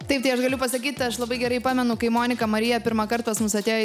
taip tai aš galiu pasakyt aš labai gerai pamenu kai monika marija pirmąkart pas mus atėjo